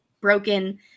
broken